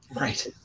Right